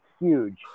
huge